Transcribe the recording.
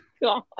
god